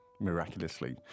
Miraculously